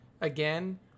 again